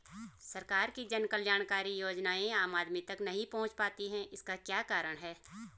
सरकार की जन कल्याणकारी योजनाएँ आम आदमी तक नहीं पहुंच पाती हैं इसका क्या कारण है?